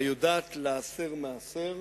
והיודעת לעשר מעשר,